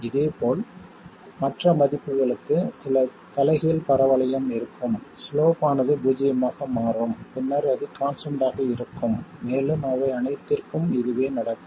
இதேபோல் மற்ற மதிப்புகளுக்கு சில தலைகீழ் பரவளையம் இருக்கும் சிலோப் ஆனது பூஜ்ஜியமாக மாறும் பின்னர் அது கான்ஸ்டன்ட் ஆக இருக்கும் மேலும் அவை அனைத்திற்கும் இதுவே நடக்கும்